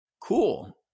cool